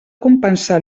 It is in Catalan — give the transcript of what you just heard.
compensar